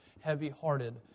heavy-hearted